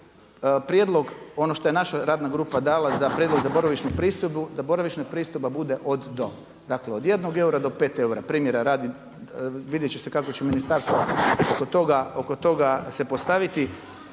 prijedlog ono što je naša radna grupa dala za prijedlog za boravišnu pristojbu, da boravišna pristojba bude od do, dakle od jednog eura do pet eura, primjera radi vidjet će se kako će ministarstvo oko toga se postaviti.